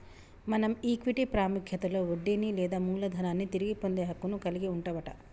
మనం ఈక్విటీ పాముఖ్యతలో వడ్డీని లేదా మూలదనాన్ని తిరిగి పొందే హక్కును కలిగి వుంటవట